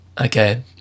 Okay